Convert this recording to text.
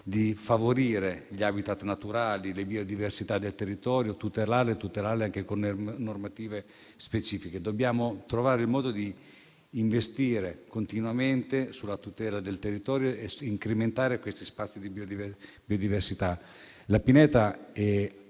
di favorire gli *habitat* naturali e le biodiversità del territorio, tutelandole anche con normative specifiche. Dobbiamo trovare il modo di investire continuamente nella tutela del territorio ed incrementare gli spazi di biodiversità. La pineta è